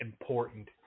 important